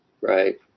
right